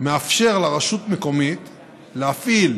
הוא מאפשר לרשות המקומית להפעיל